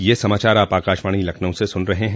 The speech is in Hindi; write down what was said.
ब्रे क यह समाचार आप आकाशवाणी लखनऊ से सुन रहे हैं